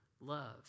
love